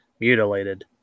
mutilated